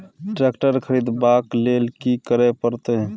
Tractor खरीदबाक लेल की करय परत?